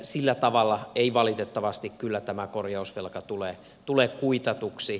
sillä tavalla ei valitettavasti kyllä tämä korjausvelka tule kuitatuksi